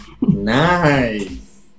Nice